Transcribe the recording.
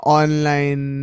online